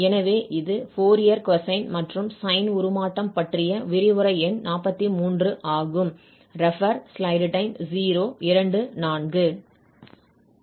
எனவே இது Fourier cosine மற்றும் சைன் உருமாற்றம் பற்றிய விரிவுரை எண் 43 ஆகும்